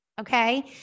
okay